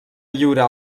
lliurar